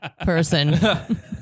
person